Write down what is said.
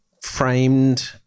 framed